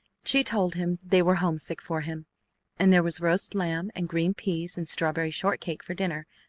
she told him they were homesick for him and there was roast lamb and green peas and strawberry shortcake for dinner,